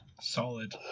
Solid